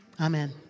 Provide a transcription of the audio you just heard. Amen